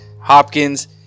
Hopkins